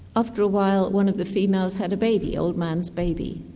after a while, one of the females had a baby, old man's baby,